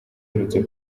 uherutse